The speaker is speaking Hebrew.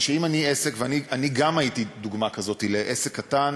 גם אני הייתי דוגמה כזאת של עסק קטן